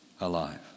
alive